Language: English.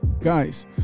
Guys